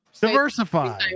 Diversify